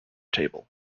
table